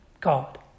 God